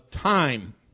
time